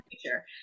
future